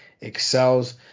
excels